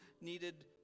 needed